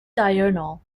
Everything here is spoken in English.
diurnal